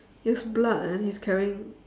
he has blood and he's carrying